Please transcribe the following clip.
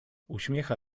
uśmiecha